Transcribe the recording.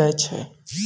जाय छै